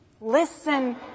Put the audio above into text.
Listen